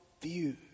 view